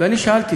ואני שאלתי